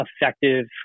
effective